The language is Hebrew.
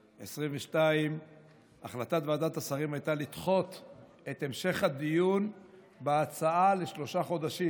2022. החלטת ועדת השרים הייתה לדחות את המשך הדיון בהצעה לשלושה חודשים.